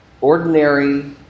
ordinary